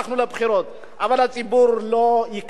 אבל הציבור לא יקנה את זה, אדוני היושב-ראש.